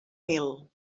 mil